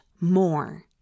more